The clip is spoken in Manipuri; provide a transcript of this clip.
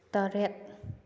ꯇꯔꯦꯠ